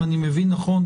אם אני מבין נכון,